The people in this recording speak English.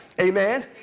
Amen